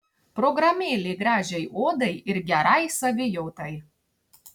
programėlė gražiai odai ir gerai savijautai